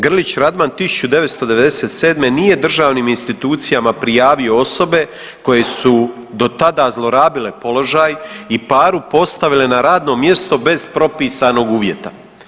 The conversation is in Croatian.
Grlić Radman 1997. nije državnim institucijama prijavi osobe koje su dotada zlorabile položaj i Paru postavile na radno mjesto bez propisanog uvjeta.